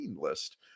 list